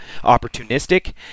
opportunistic